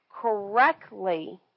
correctly